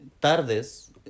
Tardes